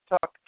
Talk